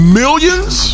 millions